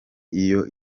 iyo